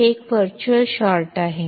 ಆದ್ದರಿಂದ virtual short ಇದೆ